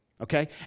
Okay